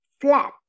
flat